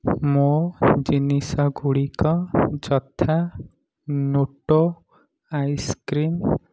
ମୋ' ଜିନିଷଗୁଡ଼ିକ ଯଥା ନୋଟୋ ଆଇସ୍କ୍ରିମ